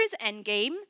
Endgame